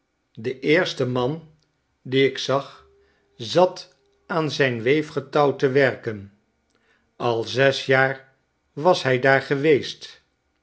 de eersfce man dien ik zag zat aan zijn weefgetouw te werken alzesjaar was hij daar geweest